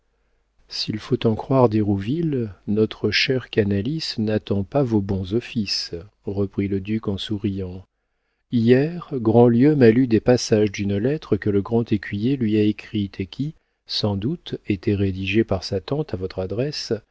s'il faut en croire d'hérouville notre cher canalis n'attend pas vos bons offices reprit le duc en souriant hier grandlieu m'a lu des passages d'une lettre que le grand écuyer lui a écrite et qui sans doute était rédigée par sa tante à votre adresse